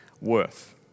worth